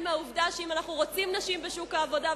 מהעובדה שאם אנו רוצים נשים בשוק העבודה,